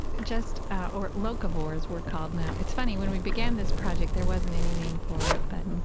just or locavores we're called now. it's funny, when we began this project, there wasn't any name for it, but,